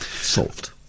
Solved